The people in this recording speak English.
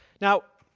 now,